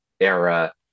era